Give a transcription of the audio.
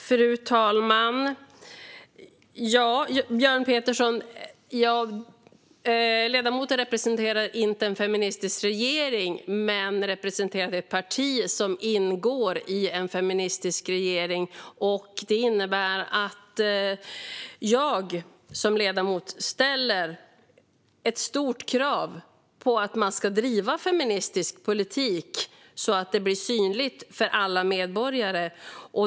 Fru talman! Björn Petersson säger att han inte representerar en feministisk regering, men han representerar ett parti som ingår i en feministisk regering. Det innebär att jag som ledamot ställer stora krav på att man ska driva feministisk politik så att det blir synligt för alla medborgare.